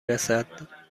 رسد